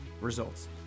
results